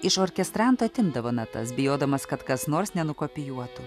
iš orkestrantų atimdavo natas bijodamas kad kas nors nenukopijuotų